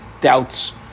doubts